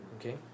Okay